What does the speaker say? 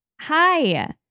Hi